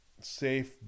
safe